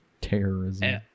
Terrorism